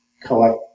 collect